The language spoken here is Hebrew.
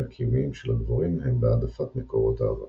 הקיומיים של הדבורים הם בהעדפת מקורות האבקה.